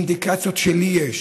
מאינדיקציות שיש לי.